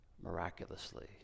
miraculously